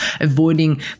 avoiding